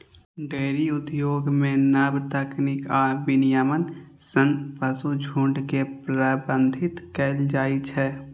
dairy उद्योग मे नव तकनीक आ विनियमन सं पशुक झुंड के प्रबंधित कैल जाइ छै